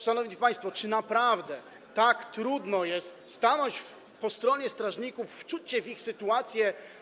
Szanowni państwo, czy naprawdę tak trudno jest stanąć po stronie strażników, wczuć się w ich sytuację?